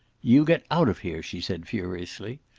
you get out of here, she said furiously,